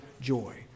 joy